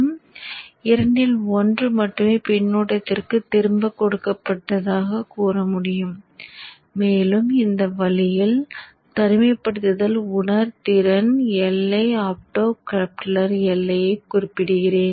எனவே இரண்டில் ஒன்று மட்டுமே பின்னூட்டத்திற்குத் திரும்பக் கொடுக்கப்பட்டதாகக் கூறமுடியும் மேலும் இந்த வழியில் தனிமைப்படுத்தல் உணர்திறன் எல்லை ஒப்டோகப்ளர் எல்லையைக் குறிப்பிடுகிறேன்